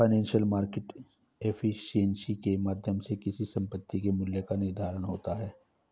financial market efficiency के माध्यम से किसी संपत्ति के मूल्य का निर्धारण होता है